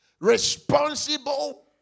responsible